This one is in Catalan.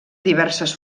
diverses